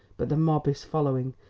but the mob is following,